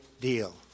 deal